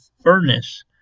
furnace